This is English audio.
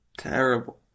Terrible